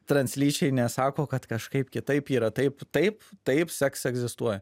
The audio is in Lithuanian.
translyčiai nesako kad kažkaip kitaip yra taip taip taip seks egzistuoja